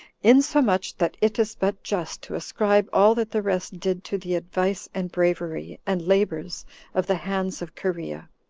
insomuch that it is but just to ascribe all that the rest did to the advice, and bravery, and labors of the hands of cherea.